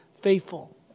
faithful